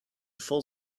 full